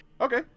Okay